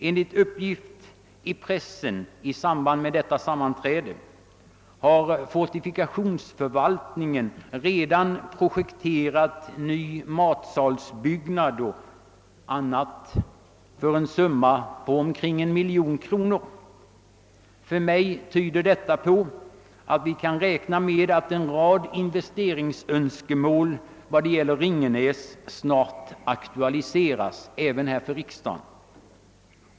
Enligt uppgift i pressen i samband med detta sammanträde har fortifikationsförvaltningen redan projekterat bl.a. en ny matsalsbyggnad för en summa på omkring 1 miljon kronor. Detta tyder på att vi kan räkna med att investeringsönskemål på Ringenäs snart aktualiseras även här i riksdagen.